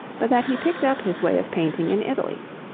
but that he picked up his way of painting in italy.